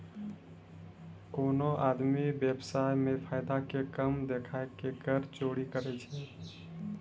कोनो आदमी व्य्वसाय मे फायदा के कम देखाय के कर चोरी करै छै